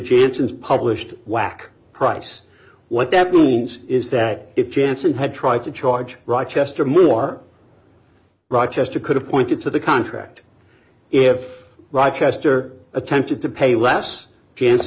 jansons published whack price what that means is that if janssen had tried to charge rochester more rochester could have pointed to the contract if rochester attempted to pay less chance